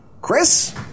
Chris